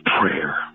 prayer